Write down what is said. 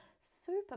super